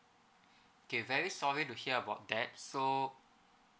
okay very sorry to hear about that so